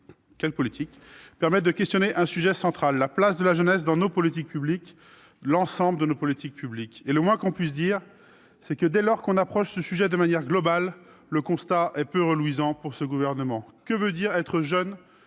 permet de questionner un sujet central : la place de la jeunesse dans l'ensemble de nos politiques publiques. Et le moins que l'on puisse dire, c'est que, dès lors que l'on appréhende ce sujet de manière globale, le constat est peu reluisant pour ce gouvernement. Que veut dire être jeune